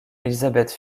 elizabeth